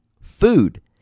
food